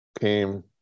came